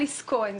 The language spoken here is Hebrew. אליס כהן,